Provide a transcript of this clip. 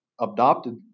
adopted